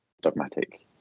dogmatic